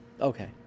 Okay